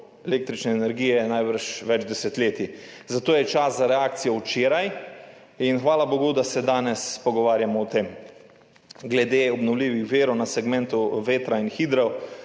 električne energije najbrž več desetletij. Zato je bil čas za reakcijo včeraj in hvala bogu, da se danes pogovarjamo o tem. Glede obnovljivih virov na segmentu vetra in hidro